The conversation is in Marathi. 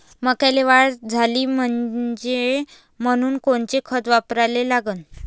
मक्याले वाढ झाली पाहिजे म्हनून कोनचे खतं वापराले लागन?